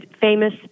famous